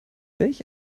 welch